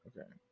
Okay